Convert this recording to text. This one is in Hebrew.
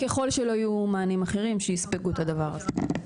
ככל שלא יהיו מענים אחרים שיספגו את הדבר הזה.